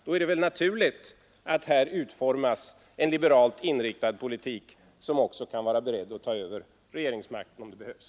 Då är det väl naturligt att här utforma en liberalt inriktad politik, vars företrädare också kan vara beredda att ta över regeringsmakten om det behövs.